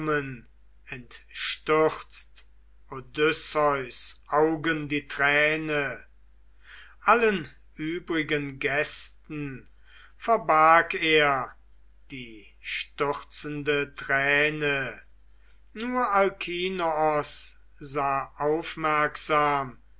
odysseus augen die träne allen übrigen gästen verbarg er die stürzende träne nur alkinoos sah aufmerksam